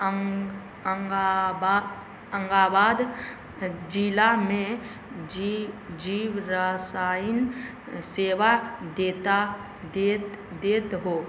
आङ्गाबाद जिलामे जीवरसायन सेवा दैत हो